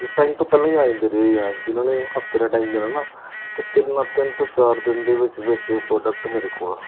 time ਤੋਂ ਪਹਿਲਾਂ ਹੀ ਆ ਜਾਂਦੇ ਰਹੇ ਆਂ ਜੇ ਉਹਨਾਂ ਨੇ ਹਫਤੇ ਦਾ ਟਾਈਮ ਦੇਣਾ ਨਾ ਤਾਂ ਤਿੰਨ ਆ ਤਿੰਨ ਤੋਂ ਚਾਰ ਦਿਨ ਦੇ ਵਿੱਚ ਵਿੱਚ ਪ੍ਰੋਡਕਟ ਮੇਰੇ ਕੋਲ